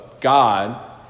God